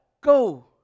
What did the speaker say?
Go